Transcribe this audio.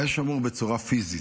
היה שמור בצורה פיזית,